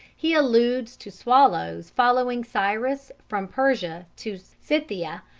he alludes to swallows following cyrus from persia to scythia,